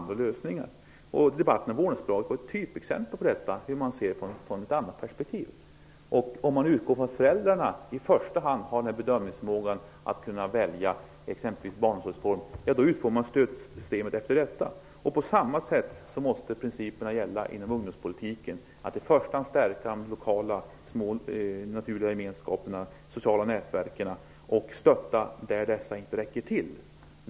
Debatten om vårdnadsbidraget var ett typexempel på hur man ser från ett annat perspektiv. Om man utgår från att föräldrarna har förmåga att välja, utformar man exempelvis barnomsorgssystemet efter detta. På samma sätt måste den principen gälla inom ungdomspolitiken, att man i första hand skall stärka de små lokala naturliga gemenskaperna, de sociala nätverken, och stötta där dessa inte räcker till.